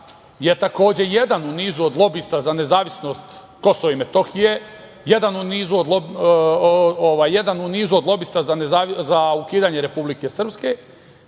je takođe jedan u nizu od lobista za nezavisnost Kosova i Metohije, jedan u nizu od lobista za ukidanje Republike Srpske